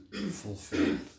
fulfilled